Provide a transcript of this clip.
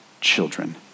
children